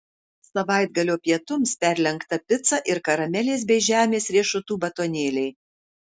savaitgalio pietums perlenkta pica ir karamelės bei žemės riešutų batonėliai